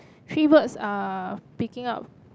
three words are picking up